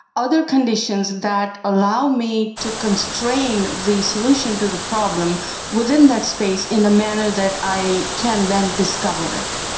other conditions that allow me to constrains the solution to the problem within that space in a manner that i can then discover it,